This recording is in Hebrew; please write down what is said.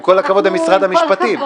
עם כל הכבוד למשרד המשפטים.